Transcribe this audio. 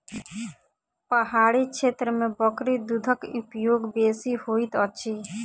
पहाड़ी क्षेत्र में बकरी दूधक उपयोग बेसी होइत अछि